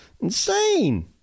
insane